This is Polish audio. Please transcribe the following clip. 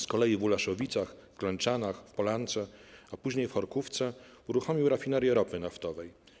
Z kolei w Ulaszowicach, w Klęczanach, w Polance, a później w Chorkówce uruchomił rafinerię ropy naftowej.